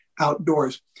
outdoors